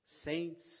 saints